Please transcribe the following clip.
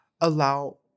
allow